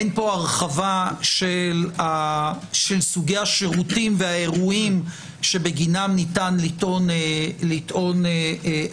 אין פה הרחבה של סוגי השירותים האירועים שבגינם ניתן לטעון אפליה.